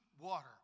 water